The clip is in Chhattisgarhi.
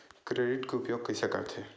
क्रेडिट के उपयोग कइसे करथे?